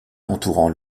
entourant